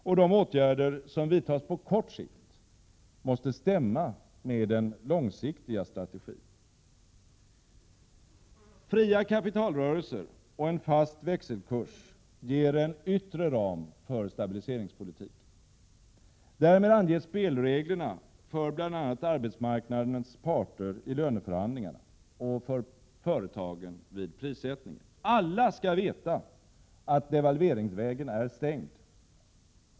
Och de åtgärder som vidtas på kort sikt måste stämma med den långsiktiga strategin. Fria kapitalrörelser och en fast växelkurs ger en yttre ram för stabiliseringspolitiken. Därmed anges spelreglerna för bl.a. arbetsmarknadens parter i löneförhandlingarna och för företagen vid prissättningen. Alla skall veta att devalveringsvägen är stängd.